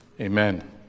Amen